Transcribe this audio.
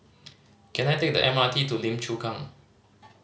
can I take the M R T to Lim Chu Kang